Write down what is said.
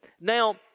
Now